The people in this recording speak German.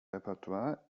repertoire